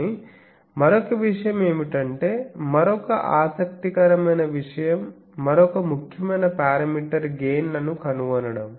కానీ మరొక విషయం ఏమిటంటే మరొక ఆసక్తికరమైన విషయం మరొక ముఖ్యమైన పారామీటర్ గెయిన్ లను కనుగొనడం